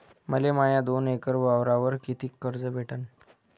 मले माया दोन एकर वावरावर कितीक कर्ज भेटन?